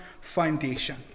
foundation